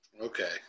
Okay